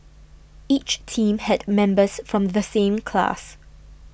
each team had members from the same class